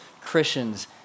Christians